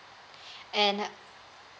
and uh